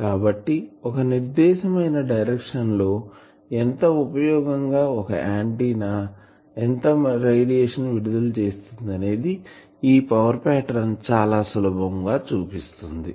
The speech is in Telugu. కాబట్టి ఒక నిర్దేశమైన డైరెక్షన్ లో ఎంత ఉపయోగంగా ఒక ఆంటిన్నా ఎంత రేడియేషన్ విడుదల చేస్తుంది అనేది ఈ పవర్ పాటర్న్ చాలా సులభంగా చూపిస్తుంది